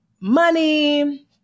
money